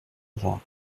droit